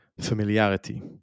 familiarity